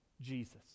Jesus